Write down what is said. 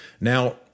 Now